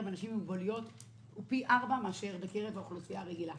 אנשים עם מוגבלויות הוא פי ארבעה מאשר בקרב האוכלוסייה הרגילה.